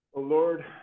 Lord